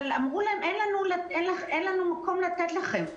אבל אמרו להן אין לנו מקום לתת לכן.